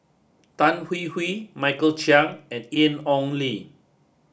Tan Hwee Hwee Michael Chiang and Lin Ong Li